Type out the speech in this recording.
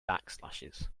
backslashes